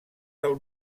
del